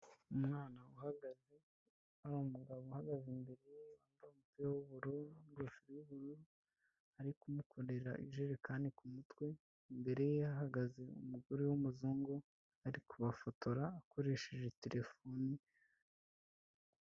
Umwana uhagaze, hari umugabo uhagaze imbere ye wambaye ingofero y'ubururu n'umupira w'ubururu, ari kumukorera ijerekani ku mutwe, imbere ye hahagaze umugore w'umuzungu, ari kubafotora akoresheje terefone.